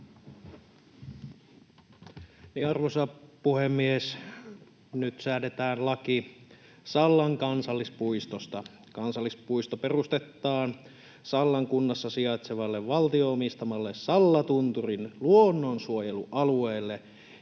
Arvoisa puhemies! Nyt säädetään laki Sallan kansallispuistosta. Kansallispuisto perustetaan Sallan kunnassa sijaitsevalle valtion omistamalle Sallatunturin luonnonsuojelualueelle.